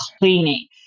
cleaning